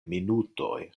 minutoj